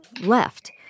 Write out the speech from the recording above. left